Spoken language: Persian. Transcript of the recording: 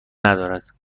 ندارد